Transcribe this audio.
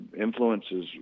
influences